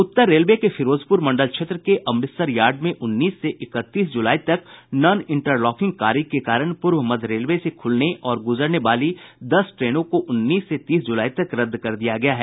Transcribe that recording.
उत्तर railway के फिरोजपुर मंडल क्षेत्र के अमृतसर यार्ड में उन्नीस से इक्कतीस जुलाई तक नन इंटरलॉकिंग कार्य के कारण पूर्व मध्य रेलवे से खुलने और गुजरने वाली दस ट्रेनों को उन्नीस से तीस जुलाई तक रद्द कर दिया गया है